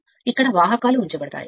కాబట్టి ఇవి వాహకాలు ఉన్న చోట ఉంచారు